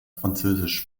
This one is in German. französisch